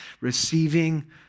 receiving